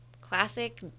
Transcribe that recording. classic